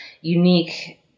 unique